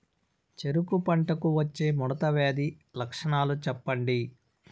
చెరుకు పంటకు వచ్చే ముడత వ్యాధి లక్షణాలు చెప్పండి?